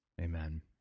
Amen